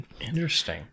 interesting